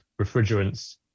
refrigerants